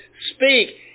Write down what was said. speak